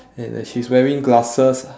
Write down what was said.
and then she's wearing glasses